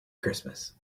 christmas